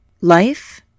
life